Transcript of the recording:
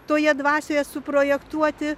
toje dvasioje suprojektuoti